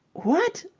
what?